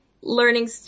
learning